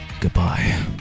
Goodbye